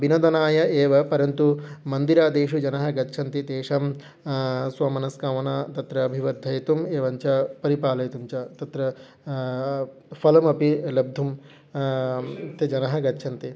विनोदनाय एव परन्तु मन्दिरादिषु जनाः गच्छन्ति तेषां स्वमनस्कामनां तत्र अभिवर्धयितुम् एवञ्च परिपालयितुं च तत्र फलमपि लब्धुं ते जनाः गच्छन्ति